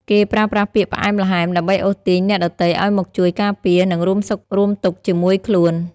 គេប្រើប្រាស់ពាក្យផ្អែមល្ហែម ដើម្បីអូសទាញអ្នកដទៃឱ្យមកជួយការពារ និងរួមសុខរួមទុក្ខជាមួយខ្លួន។